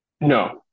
No